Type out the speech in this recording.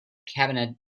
cabinet